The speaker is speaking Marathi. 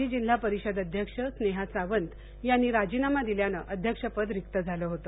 माजी जिल्हा परिषद अध्यक्ष स्रेहा सावंत यांनी राजीनामा दिल्यानं अध्यक्षपद रिक्त झालं होतं